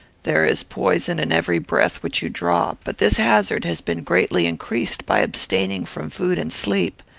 there is poison in every breath which you draw, but this hazard has been greatly increased by abstaining from food and sleep.